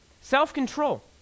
Self-control